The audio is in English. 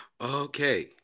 Okay